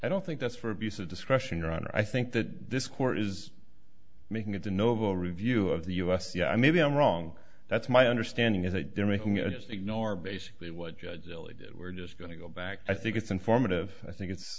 i don't think that's for abuse of discretion or honor i think that this court is making it a noble review of the u s c i maybe i'm wrong that's my understanding is that they're making a just ignore basically what judge really did we're just going to go back i think it's informative i think it's